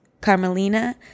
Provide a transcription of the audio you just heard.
Carmelina